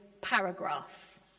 paragraph